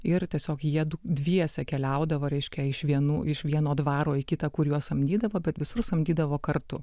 ir tiesiog jiedu dviese keliaudavo reiškia iš vienų iš vieno dvaro į kitą kur juos samdydavo bet visur samdydavo kartu